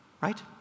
Right